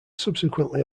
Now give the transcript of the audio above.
subsequently